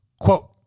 Quote